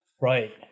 right